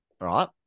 right